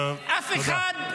טוב, תודה.